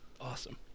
Awesome